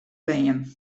beam